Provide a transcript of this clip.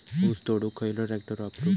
ऊस तोडुक खयलो ट्रॅक्टर वापरू?